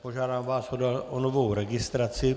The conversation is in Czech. Požádám vás o novou registraci.